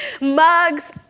mugs